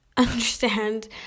understand